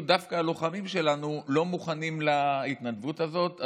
דווקא הלוחמים שלנו לא מוכנים להתנדבות הזאת.